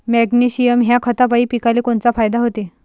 Magnesium ह्या खतापायी पिकाले कोनचा फायदा होते?